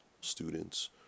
students